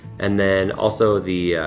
and then also the,